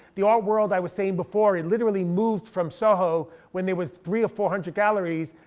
the art world, i was saying before, it literally moved from soho when there was three or four hundred galleries.